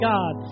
God